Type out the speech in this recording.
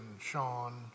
Sean